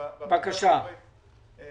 בהחלטה המקורית היה